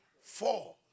four